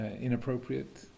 inappropriate